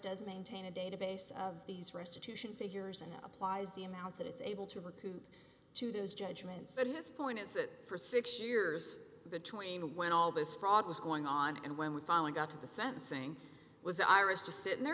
does maintain a database of these restitution figures and applies the amounts it's able to recoup to those judgments and this point is that for six years between when all this fraud was going on and when we finally got to the sentencing was irish just sitting there